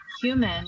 human